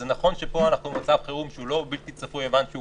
זה נכון שפה אנחנו במצב חירום שהוא לא בלתי צפוי במובן שהוא